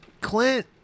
Clint